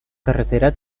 carretera